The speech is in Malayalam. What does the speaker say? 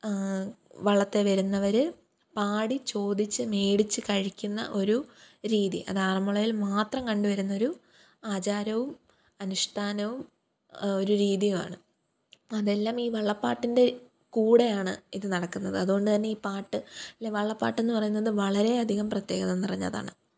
വള്ളത്തേൽ വരുന്നവർ പാടി ചോദിച്ച് മേടിച്ച് കഴിക്കുന്ന ഒരു രീതി അത് ആറന്മുളയില് മാത്രം കണ്ടുവരുന്നൊരു ആചാരവും അനുഷ്ഠാനവും ഒരു രീതിയുമാണ് അതെല്ലാം ഈ വള്ളപ്പാട്ടിന്റെ കൂടെയാണ് ഇത് നടക്കുന്നത് അതുകൊണ്ടുതന്നെ ഈ പാട്ടിലെ വള്ളപ്പാട്ടെന്ന് പറയുന്നത് വളരെയധികം പ്രത്യേകത നിറഞ്ഞതാണ്